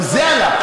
גם זה עלה,